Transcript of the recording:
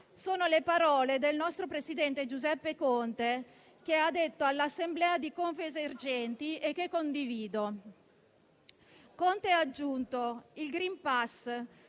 Sono le parole che il nostro presidente Giuseppe Conte ha pronunciato all'assemblea di Confesercenti e che condivido. Conte ha aggiunto: «Il *green pass*